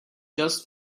just